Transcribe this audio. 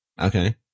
Okay